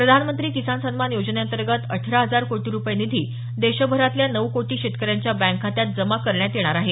प्रधानमंत्री किसान सन्मान योजनेअंतर्गत अठरा हजार कोटी रुपये निधी देशभरातल्या नऊ कोटी शेतकऱ्यांच्या बँक खात्यात जमा करण्यात येणार आहे